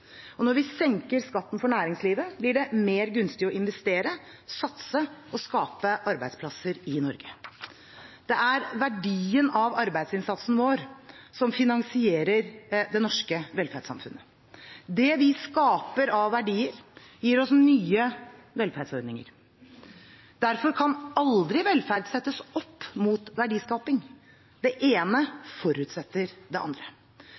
Og når vi senker skatten for næringslivet, blir det mer gunstig å investere, satse og skape arbeidsplasser i Norge. Det er verdien av arbeidsinnsatsen vår som finansierer det norske velferdssamfunnet. Det vi skaper av verdier, gir oss nye velferdsordninger. Derfor kan aldri velferd settes opp mot verdiskaping – det ene forutsetter det andre.